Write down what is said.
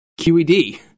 QED